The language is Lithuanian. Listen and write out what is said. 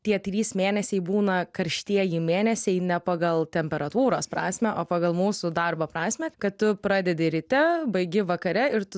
tie trys mėnesiai būna karštieji mėnesiai ne pagal temperatūros prasmę o pagal mūsų darbo prasmę kad tu pradedi ryte baigi vakare ir tu